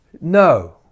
No